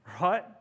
right